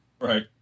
Right